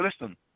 listen